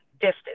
distance